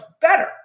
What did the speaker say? better